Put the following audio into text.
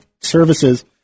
services